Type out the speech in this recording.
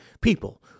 people